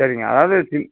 சரிங்க அதாவது சி